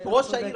ראש העיר,